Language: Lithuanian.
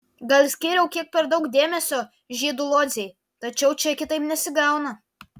gal skyriau kiek per daug dėmesio žydų lodzei tačiau čia kitaip nesigauna